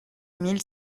mille